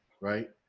right